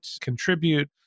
contribute